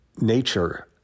nature